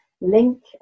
link